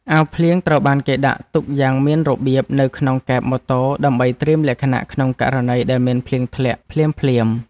អាវភ្លៀងត្រូវបានគេដាក់ទុកយ៉ាងមានរបៀបនៅក្នុងកែបម៉ូតូដើម្បីត្រៀមលក្ខណៈក្នុងករណីដែលមានភ្លៀងធ្លាក់ភ្លាមៗ។